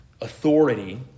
authority